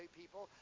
people